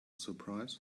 surprise